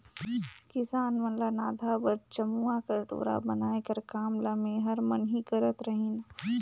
किसान मन ल नाधा बर चमउा कर डोरा बनाए कर काम ल मेहर मन ही करत रहिन